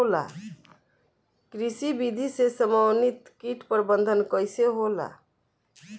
कृषि विधि से समन्वित कीट प्रबंधन कइसे होला?